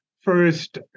First